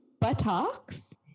buttocks